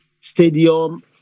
Stadium